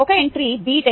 ఒక entry b